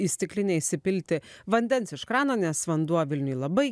į stiklinę įsipilti vandens iš krano nes vanduo vilniuj labai